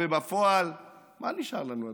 ובפועל מה נשאר לנו,